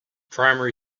primary